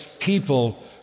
people